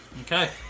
Okay